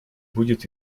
будет